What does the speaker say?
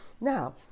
Now